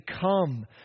come